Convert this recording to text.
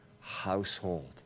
household